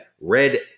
red